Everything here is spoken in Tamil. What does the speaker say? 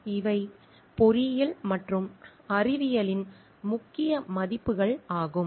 இவை பொறியியல் மற்றும் அறிவியலின் முக்கிய மதிப்புகள் ஆகும்